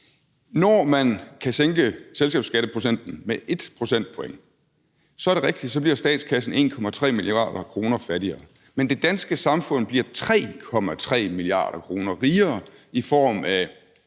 Når man kan sænke selskabsskatteprocenten med 1 procentpoint, er det rigtigt, at statskassen bliver 1,3 mia. kr. fattigere, men det danske samfund bliver 3,3 mia. kr. rigere, i form af